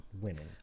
winning